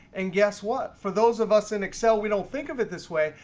and guess what? for those of us in excel, we don't think of it this way.